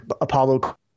Apollo